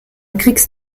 kriegst